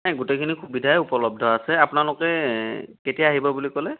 নাই গোটেইখিনি সুবিধাই উপলব্ধ আছে আপোনালোকে কেতিয়া আহিব বুলি ক'লে